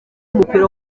w’umupira